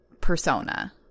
persona